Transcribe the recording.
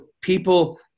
people